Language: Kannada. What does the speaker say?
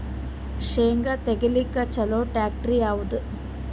ಶೇಂಗಾ ತೆಗಿಲಿಕ್ಕ ಚಲೋ ಟ್ಯಾಕ್ಟರಿ ಯಾವಾದು?